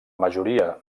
majoria